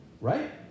Right